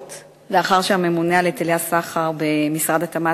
פורסם כי הממונה על היטלי סחר במשרד התעשייה,